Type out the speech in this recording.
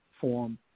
form